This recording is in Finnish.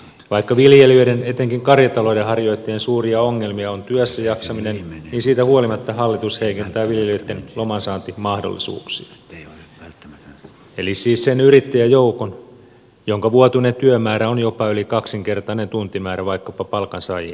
vaikka viljelijöiden etenkin karjatalouden harjoittajien suuria ongelmia on työssä jaksaminen niin siitä huolimatta hallitus heikentää viljelijöitten lomansaantimahdollisuuksia eli siis sen yrittäjäjoukon jonka vuotuinen työmäärä on jopa yli kaksinkertainen tuntimäärä vaikkapa palkansaajiin verrattuna